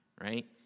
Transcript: right